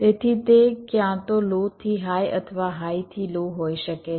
તેથી તે ક્યાં તો લો થી હાઈ અથવા હાઈથી લો હોઈ શકે છે